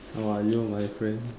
how are you my friend